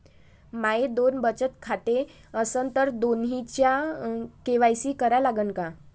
माये दोन बचत खाते असन तर दोन्हीचा के.वाय.सी करा लागन का?